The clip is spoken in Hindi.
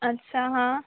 अच्छा हाँ